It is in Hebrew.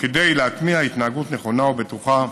כדי להטמיע התנהגות נכונה ובטוחה